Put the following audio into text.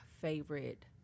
favorite